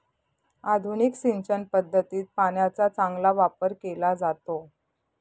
आधुनिक सिंचन पद्धतीत पाण्याचा चांगला वापर केला जातो